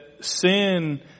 sin